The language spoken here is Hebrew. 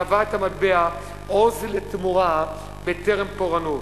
טבע את המטבע "עוז לגבורה בטרם פורענות".